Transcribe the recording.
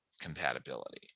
compatibility